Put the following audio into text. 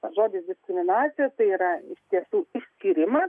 o žodis diskriminacija tai yra tiesų išskyrimas